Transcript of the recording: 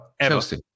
Chelsea